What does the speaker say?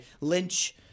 Lynch